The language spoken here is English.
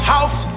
House